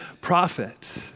prophet